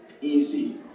easy